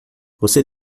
você